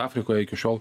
afrikoje iki šiol